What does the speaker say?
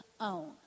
own